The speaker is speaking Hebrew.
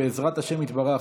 בעזרת השם יתברך,